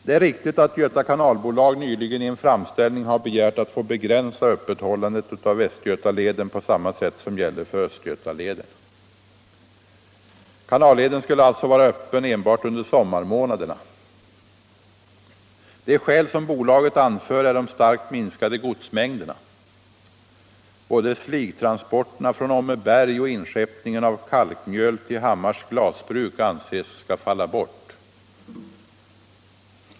Det är riktigt att Göta Kanalbolaget nyligen i en framställning begärt att få begränsa öppethållandet av Västgötaleden på samma sätt som gäller för Östgötaleden. Kanalleden skulle alltså vara öppen enbart under sommarmånaderna. De skäl som bolaget anför är en starkt minskad godsmängd. Både sligtransporterna från Åmmeberg och inskeppningen av kalkmjöl till Hammars glasbruk anser man kommer att falla bort.